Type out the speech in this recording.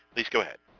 please go ahead.